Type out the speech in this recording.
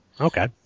Okay